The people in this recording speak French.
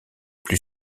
plus